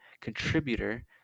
contributor